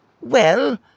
Well